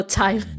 time